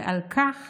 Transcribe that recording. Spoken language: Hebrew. ועל כך